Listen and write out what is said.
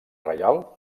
reial